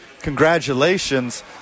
congratulations